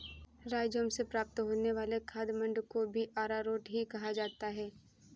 rhizome से प्राप्त होने वाले खाद्य मंड को भी अरारोट ही कहा जाता है